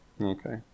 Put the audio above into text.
Okay